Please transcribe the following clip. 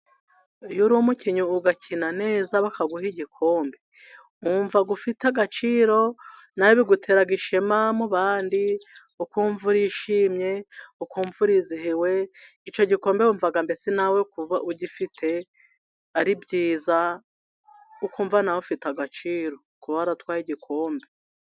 Iyo uri umukinnyi ugakina neza bakaguha igikombe, wumva ufite agaciro, nawe bigutera ishema mu bandi, ukumva urishimye, ukumva urizihiwe, icyo gikombe wumva mbese nawe ugifite ari byiza, ukumva nawe ufite agaciro kuba waratwaye igikombe.